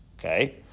Okay